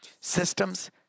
systems